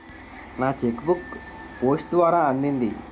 నా cheque book post ద్వారా అందింది